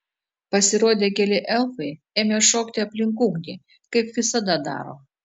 pasirodę keli elfai ėmė šokti aplink ugnį kaip visada daro